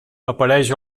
apareix